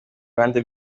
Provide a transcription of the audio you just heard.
ruhande